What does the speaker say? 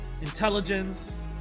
intelligence